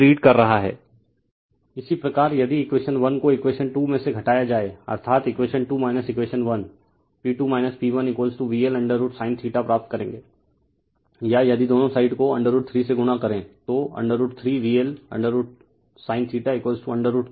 refer slide time 1055 इसी प्रकार यदि इक्वेशन 1 को इक्वेशन 2 में से घटाया जाए अर्थात् इक्वेशन 2 इक्वेशन 1 P2 P1VL√sin प्राप्त करेंगे या यदिदोनों साइड को √3 से गुणा करें तो √3 VL√sin √3 P2 P P1